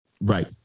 Right